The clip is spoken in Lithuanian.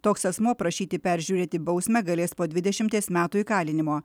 toks asmuo prašyti peržiūrėti bausmę galės po dvidešimties metų įkalinimo